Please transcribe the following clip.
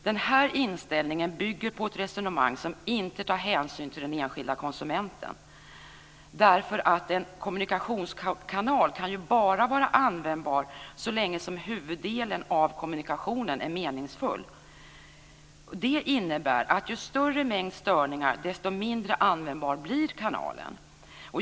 Denna inställning bygger på ett resonemang som inte tar hänsyn till den enskilda konsumenten. En kommunikationskanal kan ju bara vara användbar så länge som huvuddelen av kommunikationen är meningsfull. Det innebär följande: Ju större mängd störningar, desto mindre användbar blir kanalen.